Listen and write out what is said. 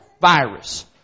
virus